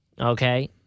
okay